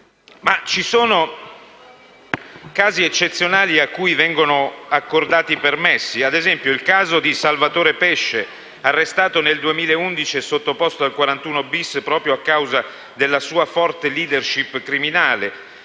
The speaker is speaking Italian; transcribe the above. ci sono anche casi eccezionali cui vengono accordati permessi. Penso, per esempio, a Salvatore Pesce, arrestato nel 2011 e sottoposto a 41-*bis* proprio a causa della sua forte *leadership* criminale